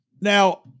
Now